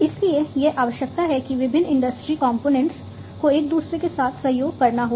इसलिए यह आवश्यक है कि विभिन्न इंडस्ट्री कंपोनेंटों को एक दूसरे के साथ सहयोग करना होगा